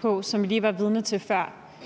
på, som vi lige var vidne til før.